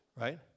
Right